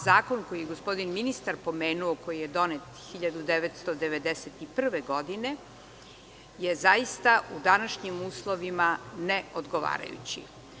Zakon koji je gospodin ministar pomenuo, koji je donet 1991. godine, je zaista u današnjim uslovima neodgovarajući.